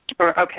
Okay